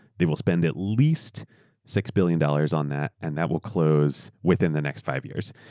they will spend at least six billion dollars on that and that will close within the next five years.